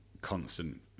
constant